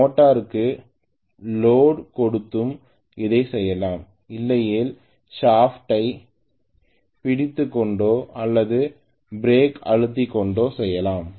மோட்டாருக்கு load கொடுத்தும் அதை செய்யலாம் இல்லையேல் ஷாப்ட் ஐ பிடித்துக்கொண்டோ அல்லது பிரேக் அழுத்திக்கொண்டோ செய்யலாம்